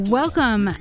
welcome